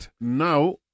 now